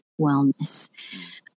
wellness